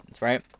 right